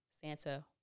Santa